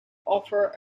offer